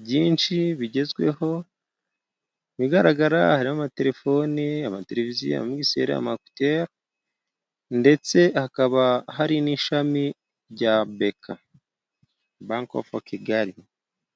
byinshi bigezweho mu bigaragara harimo amatelefoni, amateleviziyo ya migiseri, amakitere ndetse hakaba hari n'ishami rya beka banki ofu kigali.